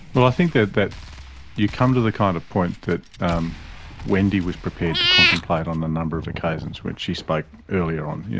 well, i think that that you come to the kind of point that um wendy was prepared to contemplate on a number of occasions when she spoke earlier on, you